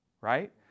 right